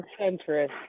centrist